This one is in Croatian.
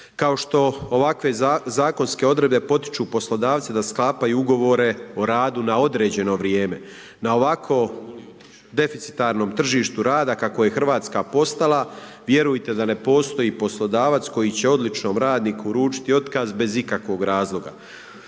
Kao što ovakve zakonske odredbe potiču poslodavca da sklapaju ugovore o radu na određeno vrijeme na ovako deficitarnom tržištu rada kakvo je Hrvatska postala, vjerujte da ne postoji poslodavac koji će odličnom radniku uručiti otkaz bez ikakvog razloga.